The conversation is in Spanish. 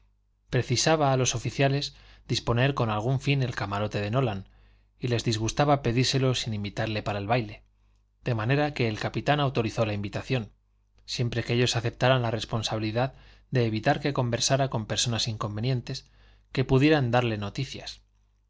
precisaba a los oficiales disponer con algún fin del camarote de nolan y les disgustaba pedírselo sin invitarle para el baile de manera que el capitán autorizó la invitación siempre que ellos aceptaran la responsabilidad de evitar que conversara con personas inconvenientes que pudieran darle noticias